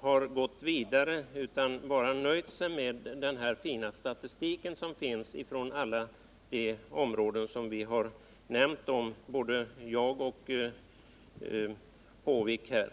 har gått vidare utan bara nöjt sig med att redovisa den fina statistik som finns från alla de områden som Doris Håvik och jag har berört här.